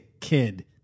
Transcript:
kid